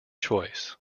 choice